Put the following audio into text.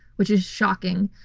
which is shocking.